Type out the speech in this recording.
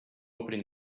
opening